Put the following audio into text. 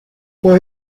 può